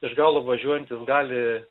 iš galo važiuojantis gali